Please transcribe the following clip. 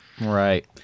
Right